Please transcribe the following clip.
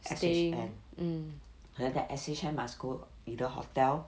S_H_N and then S_H_N must go either hotel